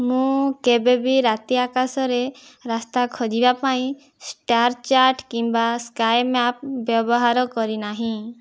ମୁଁ କେବେ ବି ରାତି ଆକାଶ ରେ ରାସ୍ତା ଖୋଜିବା ପାଇଁ ଷ୍ଟାରଚାଟ କିମ୍ବା ସ୍କାଏ ମ୍ୟାପ ବ୍ୟବହାର କରିନାହିଁ